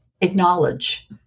acknowledge